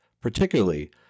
particularly